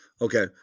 Okay